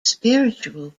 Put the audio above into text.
spiritual